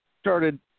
started